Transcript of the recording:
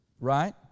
right